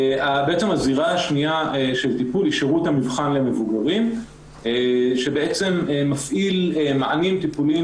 הזירה השנייה של טיפול היא שירות המבחן למבוגרים שמעפיל מענים טיפוליים